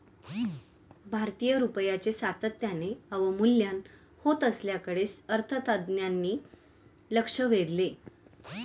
भारतीय रुपयाचे सातत्याने अवमूल्यन होत असल्याकडे अर्थतज्ज्ञांनी लक्ष वेधले